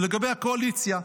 ולגבי הקואליציה,